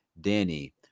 Danny